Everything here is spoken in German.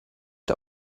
der